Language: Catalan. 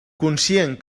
conscient